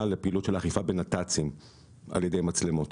לפעילות של אכיפה בנת"צים על ידי מצלמות.